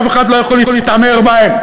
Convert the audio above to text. אף אחד לא יכול להתעמר בהם.